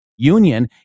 Union